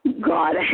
God